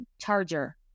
charger